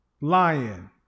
lion